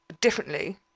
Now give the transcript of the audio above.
differently